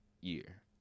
year